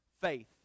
faith